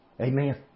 Amen